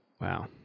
Wow